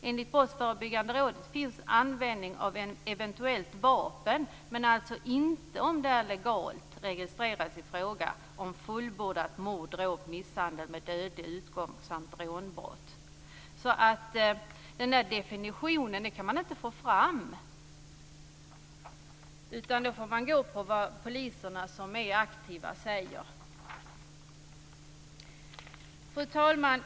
Enligt Brottsförebyggande rådet finns uppgift om användning av ett eventuellt vapen, men alltså inte om detta är legalt registrerat, i fråga om fullbordat mord, dråp, misshandel med dödlig utgång samt rånbrott. Den definitionen kan man alltså inte få fram. Då får man gå på vad poliserna, som är aktiva, säger. Fru talman!